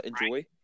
Enjoy